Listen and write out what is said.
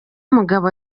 umugabo